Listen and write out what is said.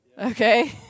Okay